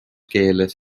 keeles